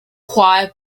choir